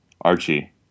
Archie